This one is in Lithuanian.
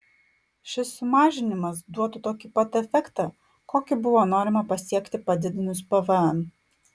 šis sumažinimas duotų tokį patį efektą kokį buvo norima pasiekti padidinus pvm